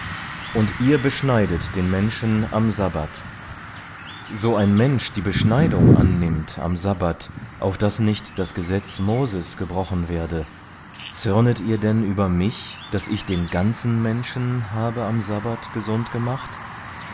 und ihr beschneidet den menschen am sabbat so ein mensch die beschneidung annimmt am sabbat auf daß nicht das gesetz mose's gebrochen werde zürnet ihr denn über mich daß ich den ganzen menschen habe am sabbat gesund gemacht